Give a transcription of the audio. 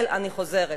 אני חוזרת,